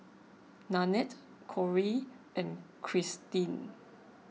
Nanette Corey and Cristine